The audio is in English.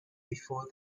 before